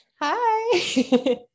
Hi